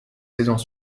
saisons